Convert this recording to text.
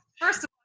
first